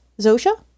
Zosha